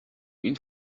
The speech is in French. une